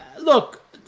Look